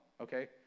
okay